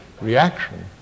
reaction